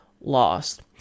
lost